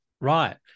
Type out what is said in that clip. Right